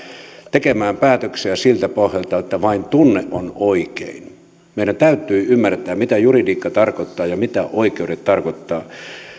tekemään päätöksiä siltä pohjalta että vain tunne on oikein meidän täytyy ymmärtää mitä juridiikka tarkoittaa ja mitä oikeudet tarkoittavat